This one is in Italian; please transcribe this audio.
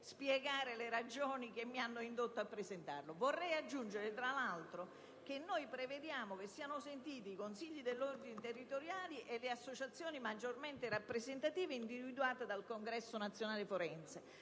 spiegare le ragioni che mi hanno indotto a presentarlo. Vorrei aggiungere, tra l'altro, che con l'emendamento proposto dal PD prevediamo che siano sentiti i Consigli degli Ordini territoriali e le associazioni maggiormente rappresentative individuate dal Congresso nazionale forense